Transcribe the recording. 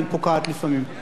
אוה, כך,